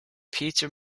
peter